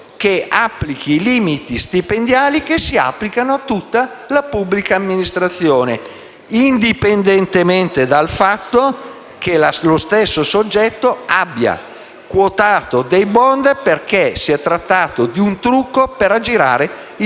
che applichi i limiti stipendiali che si applicano a tutta la pubblica amministrazione *(Applausi del senatore Candiani)*, indipendentemente dal fatto che lo stesso soggetto abbia quotato dei *bond*, perché si è trattato di un trucco per aggirare il